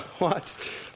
watch